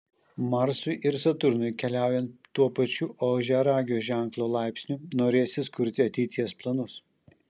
marsui ir saturnui keliaujant tuo pačiu ožiaragio ženklo laipsniu norėsis kurti ateities planus